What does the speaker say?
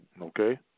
Okay